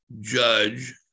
judge